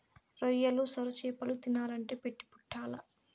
రొయ్యలు, సొరచేపలు తినాలంటే పెట్టి పుట్టాల్ల